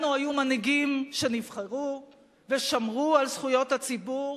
לנו היו מנהיגים שנבחרו ושמרו על זכויות הציבור,